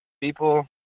people